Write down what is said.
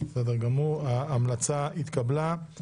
1 ההמלצה התקבלה.